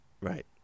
Right